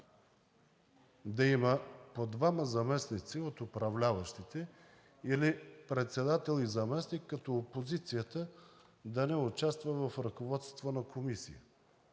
да има по двама заместници от управляващите или председател и заместник, като опозицията да не участва в ръководства на комисии.